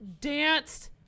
danced